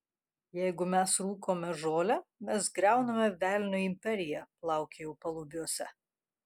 jeigu mes rūkome žolę mes griauname velnio imperiją plaukiojau palubiuose